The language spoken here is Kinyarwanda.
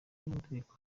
n’amategeko